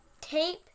tape